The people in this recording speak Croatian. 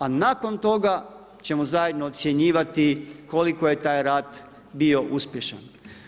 A nakon toga ćemo zajedno ocjenjivati koliko je taj rad bio uspješan.